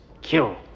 kill